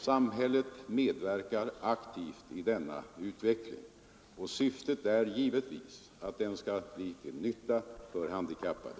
Samhället medverkar aktivt i denna utveckling, och syftet är givetvis att den skall bli till nytta för handikappade.